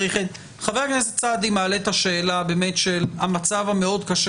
חבר הכנסת סעדי מעלה את המצב המאוד קשה